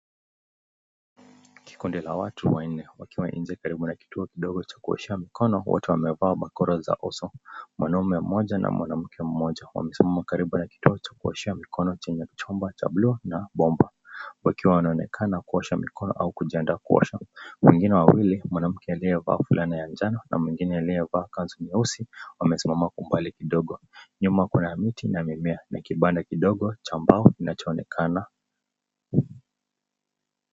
Kikundi la watu wanne wakiwa nje karibu na kituo kidogo cha kuoshea mikono, wote wamevaa barakoa za uso. Mwanaume mmoja na mwanamke mmoja wamesimama karibu na kituo cha kuoshea mikono chenye kichumba cha blue na bomba, wakiwa wanaonekana kuosha mikono au kujiandaa kuosha. Wengine wawili, mwanamke aliyevaa fulana ya njano na mwingine aliyevaa kanzu nyeusi, wamesimama mbali kidogo. Nyuma kuna miti na mimea na kibanda kidogo cha mbao kinachoonekana.